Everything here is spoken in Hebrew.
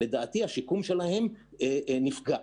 השיקום שלו נפגע.